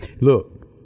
look